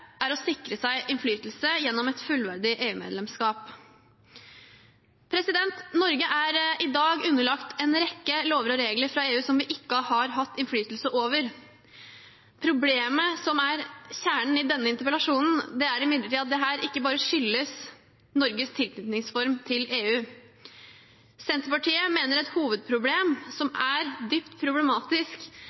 er å sikre seg innflytelse gjennom et fullverdig EU-medlemskap. Norge er i dag underlagt en rekke lover og regler fra EU som vi ikke har hatt innflytelse over. Problemet, som er kjernen i denne interpellasjonen, er imidlertid at dette ikke bare skyldes Norges tilknytningsform til EU. Senterpartiet mener et hovedproblem, som er dypt problematisk,